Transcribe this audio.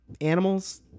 animals